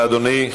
תודה רבה, אדוני.